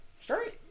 Straight